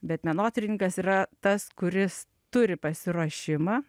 bet menotyrininkas yra tas kuris turi pasiruošimą